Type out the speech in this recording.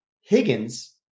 Higgins